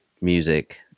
music